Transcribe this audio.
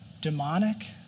demonic